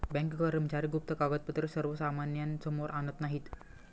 bank कर्मचारी गुप्त कागदपत्रे सर्वसामान्यांसमोर आणत नाहीत